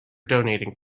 donating